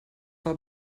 war